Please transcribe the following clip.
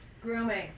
Grooming